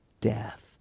death